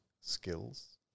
skills